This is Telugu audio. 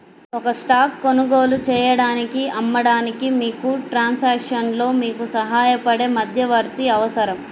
ఒక స్టాక్ కొనుగోలు చేయడానికి, అమ్మడానికి, మీకు ట్రాన్సాక్షన్లో మీకు సహాయపడే మధ్యవర్తి అవసరం